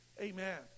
Amen